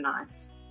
nice